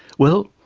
well,